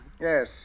Yes